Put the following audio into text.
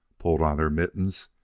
pulled on their mittens,